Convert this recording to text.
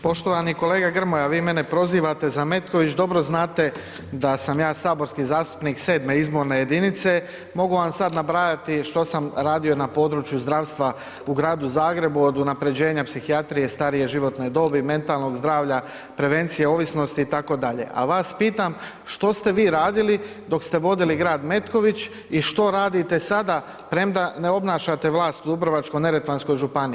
Poštovani kolega Grmoja, vi mene prozivate za Metković, dobro znate da sam ja saborski zastupnik 7. izborne jedinice, mogu vam sad nabrajati što sam radio na području zdravstva u Gradu Zagrebu, od unaprjeđenja psihijatrije, starije životne dobi, mentalnog zdravlja, prevencije ovisnosti itd., a vas pitam što ste vi radili dok ste vodili grad Metković i što radite sada premda ne obnašate vlast u Dubrovačko-neretvanskoj županiji.